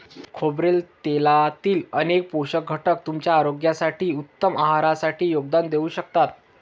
खोबरेल तेलातील अनेक पोषक घटक तुमच्या आरोग्यासाठी, उत्तम आहारासाठी योगदान देऊ शकतात